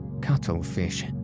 cuttlefish